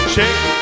Shake